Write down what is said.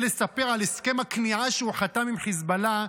לספר על הסכם הכניעה שהוא חתם עם חיזבאללה,